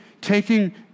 taking